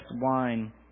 wine